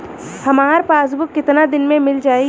हमार पासबुक कितना दिन में मील जाई?